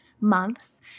months